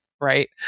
Right